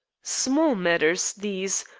small matters these,